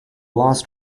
lost